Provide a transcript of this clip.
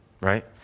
right